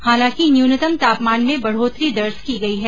हालांकि न्यूनतम तापमान में बढ़ोतरी दर्ज की गई है